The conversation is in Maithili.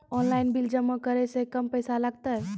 ऑनलाइन बिल जमा करै से कम पैसा लागतै?